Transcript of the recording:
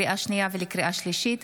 לקריאה שנייה ולקריאה שלישית,